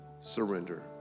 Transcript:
surrender